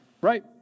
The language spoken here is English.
right